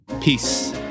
Peace